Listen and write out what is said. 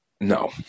no